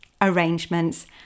arrangements